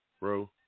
Bro